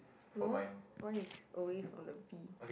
no one is away from the V